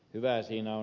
hyvää siinä on